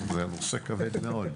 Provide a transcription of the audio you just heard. זה נושא כבד מאוד,